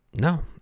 no